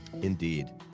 Indeed